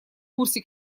курсе